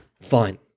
fine